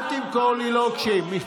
אל תמכור לי לוקשים.